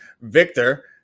Victor